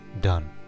done